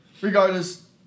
regardless